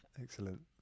Excellent